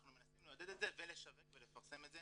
אנחנו מנסים לעודד את זה ולשווק ולפרסם את זה